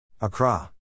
Accra